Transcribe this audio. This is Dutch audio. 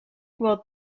walt